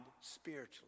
spiritually